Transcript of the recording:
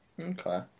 Okay